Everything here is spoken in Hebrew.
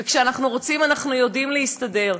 וכשאנחנו רוצים אנחנו יודעים להסתדר,